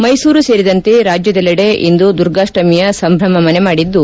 ಮೈಸೂರೂ ಸೇರಿದಂತೆ ರಾಜ್ಯದಲ್ಲೆಡೆ ಇಂದು ದುರ್ಗಾಷ್ಟಮಿಯ ಸಂಭ್ರಮ ಮನೆಮಾಡಿದ್ದು